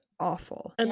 awful